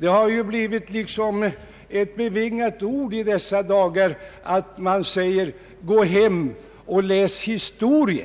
Gå hem och läs historien, har nästan blivit ett bevingat ord i dessa dagar.